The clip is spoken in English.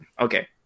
okay